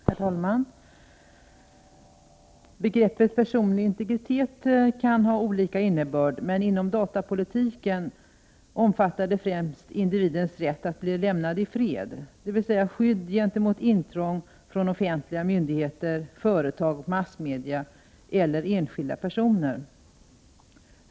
Herr talman! Begreppet personlig integritet kan ha olika innebörd. Inom datapolitiken omfattar det dock främst individens rätt att bli lämnad i fred, dvs. skydd gentemot intrång från offentliga myndigheter, företag, massmedia eller enskilda personer.